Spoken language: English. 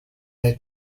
their